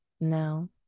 No